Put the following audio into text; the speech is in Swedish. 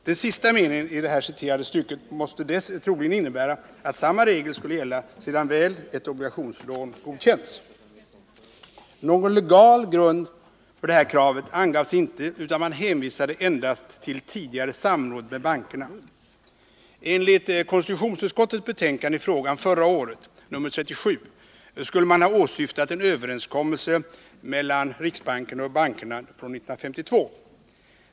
Den sista meningen i det här citerade stycket måste troligen innebära att samma regel skulle gälla sedan väl ett obligationslån godkänts. Någon legal grund för detta krav angavs inte, utan man hänvisade endast till tidigare samråd med bankerna. Enligt konstitutionsutskottets betänkande i frågan förra året, nr 37, skulle man ha åsyftat en överenskommelse mellan riksbanken och bankerna år 1952.